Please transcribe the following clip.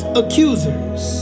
accusers